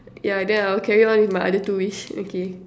yeah then I'll carry on with my other two wish okay